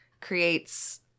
creates